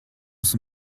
son